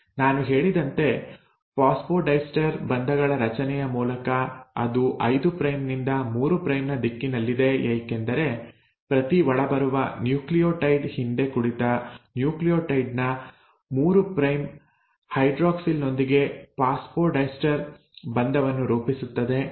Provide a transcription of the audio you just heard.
ನಾನು ಹೇಳಿದಂತೆ ಫಾಸ್ಫೊಡೈಸ್ಟರ್ ಬಂಧಗಳ ರಚನೆಯ ಮೂಲಕ ಅದು 5 ಪ್ರೈಮ್ ನಿಂದ 3 ಪ್ರೈಮ್ ನ ದಿಕ್ಕಿನಲ್ಲಿದೆ ಏಕೆಂದರೆ ಪ್ರತಿ ಒಳಬರುವ ನ್ಯೂಕ್ಲಿಯೊಟೈಡ್ ಹಿಂದೆ ಕುಳಿತ ನ್ಯೂಕ್ಲಿಯೊಟೈಡ್ ನ 3 ಪ್ರೈಮ್ ಹೈಡ್ರಾಕ್ಸಿಲ್ ನೊಂದಿಗೆ ಫಾಸ್ಫೊಡೈಸ್ಟರ್ ಬಂಧವನ್ನು ರೂಪಿಸುತ್ತದೆ